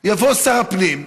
יבוא שר הפנים,